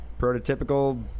prototypical